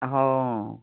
অহ অঁ